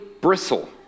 bristle